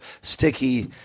sticky